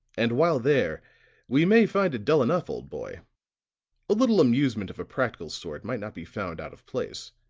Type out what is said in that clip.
and while there we may find it dull enough, old boy a little amusement of a practical sort might not be found out of place.